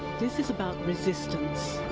this is about resistance.